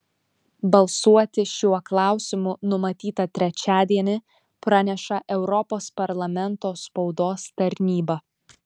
balsuoti šiuo klausimu numatyta trečiadienį praneša europos parlamento spaudos tarnyba